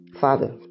father